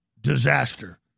disaster